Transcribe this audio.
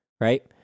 right